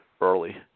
early